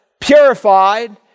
purified